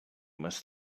must